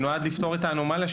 שנועד לפתור את האנומליה,